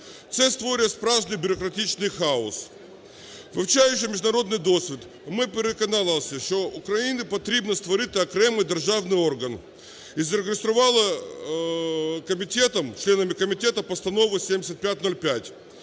Це створює справжній бюрократичний хаос. Вивчаючи міжнародний досвід, ми переконалися, що Україні потрібно створити окремий державний орган і зареєстрували комітетом, членами комітету, Постанову 7505